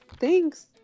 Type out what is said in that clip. Thanks